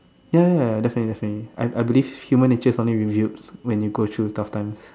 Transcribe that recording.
ya ya definitely definitely I believe human natures only revealed when they go through tough times